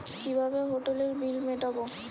কিভাবে হোটেলের বিল মিটাব?